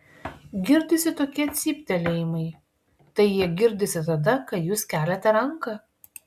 girdisi tokie cyptelėjimai tai jie girdisi tada kai jūs keliate ranką